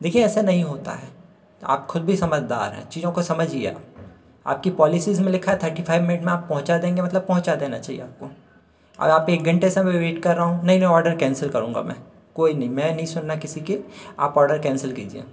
देखिए ऐसा नहीं होता है आप खुद भी समझदार हैं चीज़ों को समझिए आप आपकी पॉलिसीज़ में लिखा था कि फ़ाइव मिनट में आप पहुँचा देंगे मतलब पहुँचा देना चाहिए आपको और आप एक घन्टे से मैं वेट कर रहा हूँ नहीं नहीं ऑर्डर कैन्सल करूँगा मैं कोई नहीं मैं नहीं सुनना किसी की आप ऑर्डर कैन्सल कीजिए